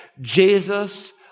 Jesus